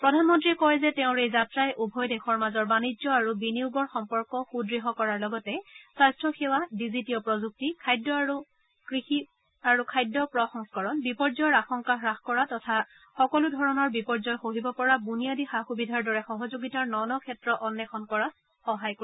প্ৰধানমন্ত্ৰীয়ে কয় যে তেওঁৰ এই যাত্ৰাই উভয় দেশৰ মাজৰ বাণিজ্য আৰু বিনিয়োগ সম্পৰ্ক সুদৃঢ় কৰাৰ লগতে স্বাস্থ্য সেৱা ডিজিটীয় প্ৰযুক্তি কৃষি আৰু খাদ্য প্ৰসংস্কৰণ বিপৰ্যয়ৰ আশংকা হ্ৰাস কৰা তথা সকলো ধৰণৰ বিপৰ্যয় সহিব পৰা বুনিয়াদী সা সুবিধাৰ দৰে সহযোগিতা ন ন ক্ষেত্ৰ অন্বেষণ কৰাত সহায় কৰিব